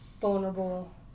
vulnerable